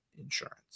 insurance